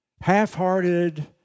half-hearted